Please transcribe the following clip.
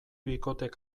bikotek